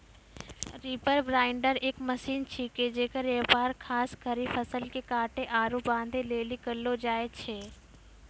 reaper binder एक मशीन छिकै जेकर व्यवहार खास करी फसल के काटै आरू बांधै लेली करलो जाय छै